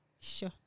Sure